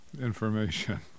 Information